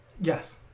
Yes